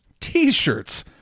T-shirts